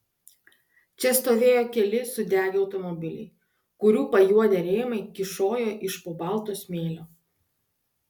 čia stovėjo keli sudegę automobiliai kurių pajuodę rėmai kyšojo iš po balto smėlio